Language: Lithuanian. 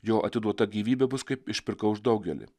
jo atiduota gyvybė bus kaip išpirka už daugelį